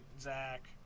Zach